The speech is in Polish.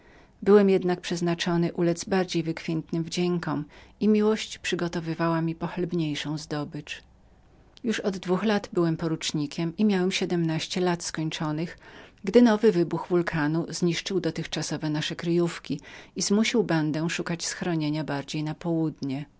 byłem jednak przeznaczony uledz bardziej wykwintnym wdziękom i miłość przygotowywała mi pochlebniejszą zdobycz już od dwóch lat byłem porucznikiem i miałem siedmnaście lat skończonych gdy nowy wybuch wulkananuwulkanu zniszczył dotychczasowe nasze kryjówki i zmusił bandę szukać schronienia w